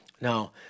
Now